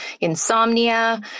insomnia